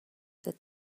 that